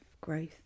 growth